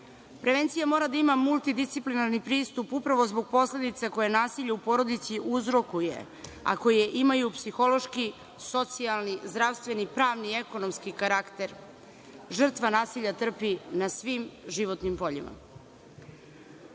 Prevencija mora da ima multidisciplinarni pristup upravo zbog posledica koje nasilje u porodici uzrokuje, a koje imaju psihološki, socijalni, zdravstveni, pravni i ekonomski karakter. Žrtva nasilja trpi na svim životnim poljima.